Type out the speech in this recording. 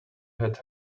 had